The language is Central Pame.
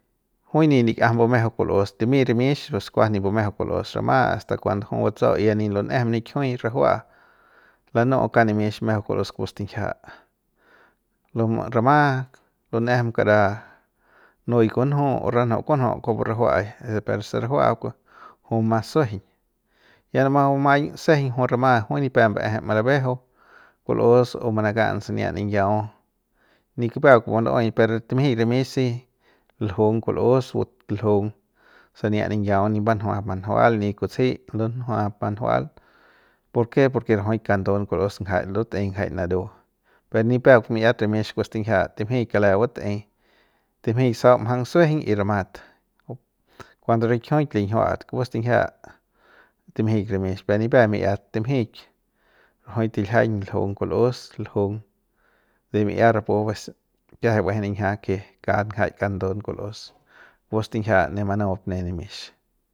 Jui nip likꞌiajam mbumejeu kulꞌus limi rimix pus kuas nip mbumejeu kulꞌus rama hasta kuando jui batsau ya nip lunejem nikjiu rajuaꞌa lanuꞌu kauk nimix mejeu kulꞌus kupu stinjia lu rama lunejem kara nui kunju o ranju kunju kujupu ra juaꞌai de perse rajuaꞌa ku kuju bumaꞌang sujueiñ ya rama bumaiñ sejeiñ jui rama jui nipep mbaeje malabejeu kulꞌus o manakaꞌang sania ninyau nipeuk kupun luꞌei per timji rimix si ljung kulꞌus o lujung sania niyau nip mbanjuap manjual ni kutsejei lunjuap manjual ¿porké? Porke rajuik kandun kulꞌus ngajaik ndutꞌei ngajaik naru pe nipeuk miꞌiat rimix kupu stinjia timjik kale batꞌei timjik sau mjang sujueiñ y ramat kuando rikjiuk linjiuat kupu stinjia timjik rimix pe nipep miꞌiat timjik rajuik tiljiañ ljung kulꞌus ljung de miꞌiat rapu ves kiajai baejei ninjia ke kat ngajaik kandun kulꞌus kupu stinjia ne manup ne nimix.